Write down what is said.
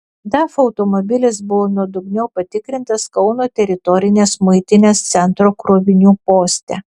daf automobilis buvo nuodugniau patikrintas kauno teritorinės muitinės centro krovinių poste